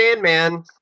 man